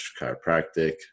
chiropractic